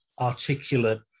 articulate